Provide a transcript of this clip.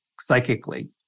psychically